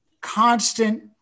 constant